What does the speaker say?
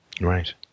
Right